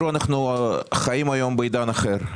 אנחנו חיים היום בעידן אחר.